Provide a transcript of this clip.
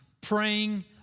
praying